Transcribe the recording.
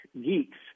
geeks